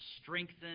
strengthen